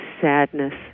sadness